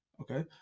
Okay